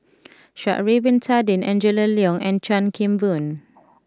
Sha'ari Bin Tadin Angela Liong and Chan Kim Boon